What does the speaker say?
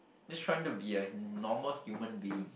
just trying to be a n~ normal human being